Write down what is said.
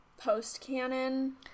post-canon